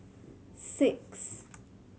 six